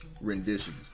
renditions